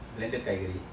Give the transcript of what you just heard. blended காய்கறி:kaaykari